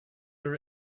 her